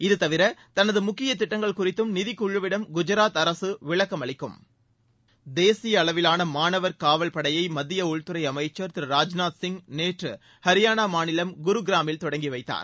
இதுதவிர தனது முக்கிய திட்டங்கள் குறித்தும் நிதிக்குழுவிடம் குஜாத் அரசு விளக்கம் அளிக்கும் தேசிய அளவிலான மாணவர் காவல் படையை மத்திய உள்துறை அமைச்சர் திரு ராஜ்நாத் சிங் நேற்று அரியானா மாநிலம் குருகிராமில் தொடங்கி வைத்தார்